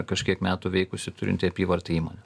kažkiek metų veikusi turinti apyvartą įmonė